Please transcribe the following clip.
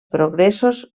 progressos